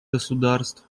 государств